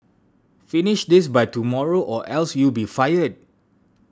finish this by tomorrow or else you'll be fired